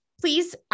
please